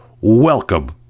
Welcome